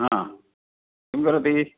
आ किं करोति